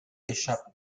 échappe